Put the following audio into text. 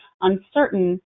uncertain